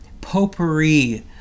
potpourri